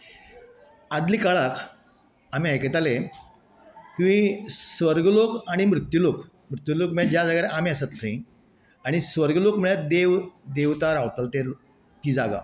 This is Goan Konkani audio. आदली काळाक आमी आयकताले की स्वर्ग लोक आनी मृत्यू लोक मृत्यू लोक म्हळ्यार ज्या जाग्यार आमी आसा थंय आनी स्वर्ग लोक म्हळ्यार देव देवता रावता ते ती जागा